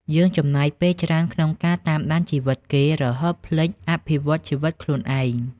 យើងចំណាយពេលច្រើនក្នុងការ "តាមដានជីវិតគេ" រហូតភ្លេច "អភិវឌ្ឍជីវិតខ្លួនឯង"។